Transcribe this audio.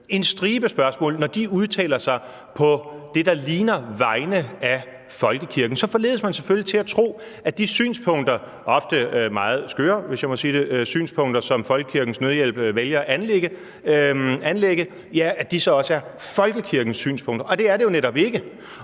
en stribe spørgsmål – udtaler sig på det, der ligner folkekirkens vegne. Så forledes man selvfølgelig til at tro, at de synspunkter – og det er ofte, hvis jeg må sige det, meget skøre synspunkter, som Folkekirkens Nødhjælp vælger at anlægge – også er folkekirkens synspunkter, og det er de jo netop ikke.